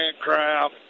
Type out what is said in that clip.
crap